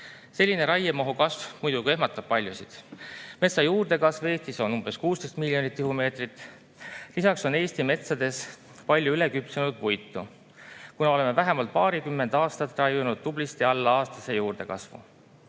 Selline raiemahu kasv muidugi ehmatab paljusid. Metsa juurdekasv Eestis on umbes 16 miljonit tihumeetrit. Lisaks on Eesti metsades palju üleküpsenud puitu, kuna oleme vähemalt paarkümmend aastat raiunud tublisti alla aastase juurdekasvu.